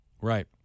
right